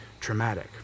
traumatic